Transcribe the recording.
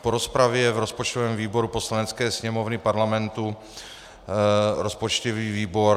Po rozpravě v rozpočtovém výboru Poslanecké sněmovny Parlamentu rozpočtový výbor